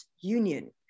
union